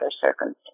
circumstance